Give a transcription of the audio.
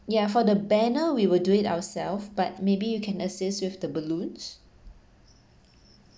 ya for the banner we will do it ourself but maybe you can assist with the balloons